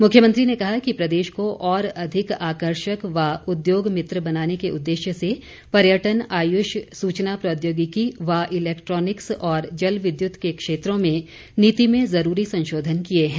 मुख्यमंत्री ने कहा कि प्रदेश को और अधिक आकर्षक व उद्योगमित्र बनाने के उददेश्य से पर्यटन आयुष सूचना प्रौद्योगिकी व इलैक्ट्रॉनिक्स और जल विद्युत के क्षेत्रों में नीति में ज़रूरी संशोधन किए हैं